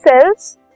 cells